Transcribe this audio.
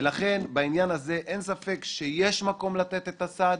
ולכן, בעניין הזה אין ספק שיש מקום לתת את הסעד